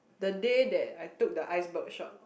the day that I took the iceberg short